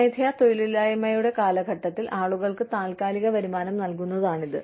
സ്വമേധയാ തൊഴിലില്ലായ്മയുടെ കാലഘട്ടത്തിൽ ആളുകൾക്ക് താൽക്കാലിക വരുമാനം നൽകുന്നതാണ് ഇത്